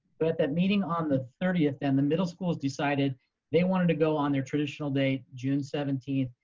but that meeting on the thirtieth, and the middle schools decided they wanted to go on their traditional date june seventeenth.